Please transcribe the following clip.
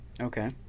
Okay